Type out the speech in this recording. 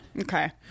Okay